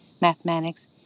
mathematics